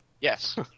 yes